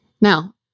Now